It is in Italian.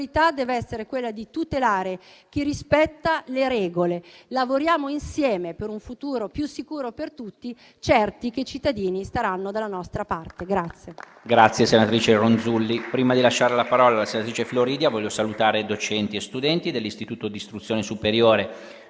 priorità deve essere quella di tutelare chi rispetta le regole. Lavoriamo insieme per un futuro più sicuro per tutti, certi che i cittadini saranno dalla nostra parte.